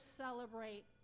celebrate